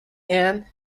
and